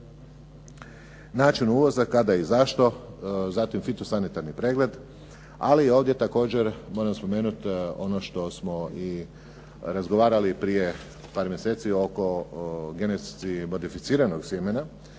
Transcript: Način uvoza kada i zašto, zatim fitosanitarni pregled, ali i ovdje također moram spomenuti i ono što smo razgovarali prije par mjeseci oko genetski modificiranog sjemena.